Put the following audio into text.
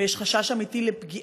ויש חשש אמיתי,